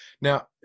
Now